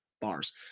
Bars